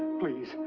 please,